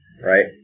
right